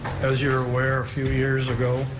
as you're aware, a few years ago